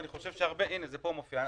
הנה, זה מופיע כאן.